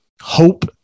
hope